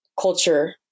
culture